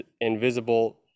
invisible